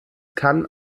kann